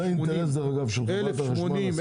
זה אינטרס של חברת החשמל לעשות את זה.